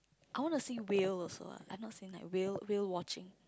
I wanna see whale also uh I've not seen like whale whale watching